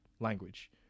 language